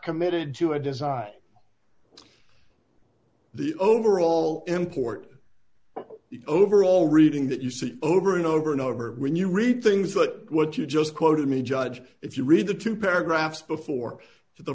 committed to a design the overall import of the overall reading that you see over and over and over when you read things that what you just quoted me judge if you read the two paragraphs before the